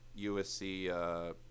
USC